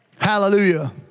Hallelujah